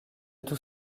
tout